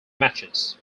matches